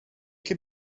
can